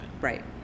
Right